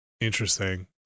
Interesting